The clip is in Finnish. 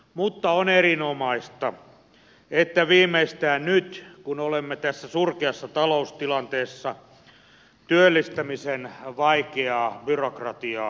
mutta on erinomaista että viimeistään nyt kun olemme tässä surkeassa taloustilanteessa työllistämisen vaikeaa byrokratiaa helpotettaisiin